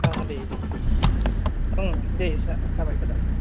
दे दे दे जाबाय खोनाबाय